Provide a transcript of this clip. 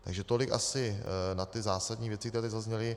Takže tolik asi na ty zásadní věci, které tady zazněly.